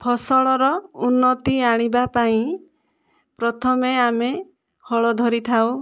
ଫସଲର ଉନ୍ନତି ଆଣିବା ପାଇଁ ପ୍ରଥମେ ଆମେ ହଳ ଧରିଥାଉ